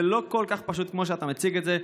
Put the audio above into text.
זה לא כל כך פשוט כמו שאתה מציג את זה.